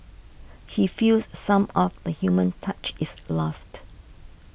he feels some of the human touch is lost